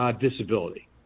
disability